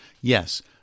yes